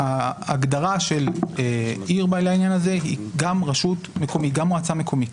ההגדרה של עיר לעניין הזה היא גם מועצה מקומית.